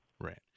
Right